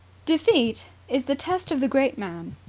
defeat is the test of the great man.